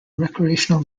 recreational